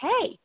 hey